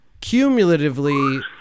cumulatively